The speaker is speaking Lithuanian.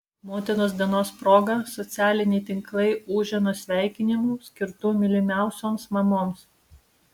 motinos dienos proga socialiniai tinklai ūžė nuo sveikinimų skirtų mylimiausioms mamoms